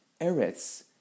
Eretz